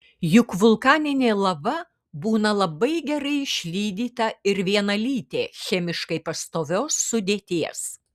juk vulkaninė lava būna labai gerai išlydyta ir vienalytė chemiškai pastovios sudėties